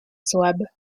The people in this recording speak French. souabe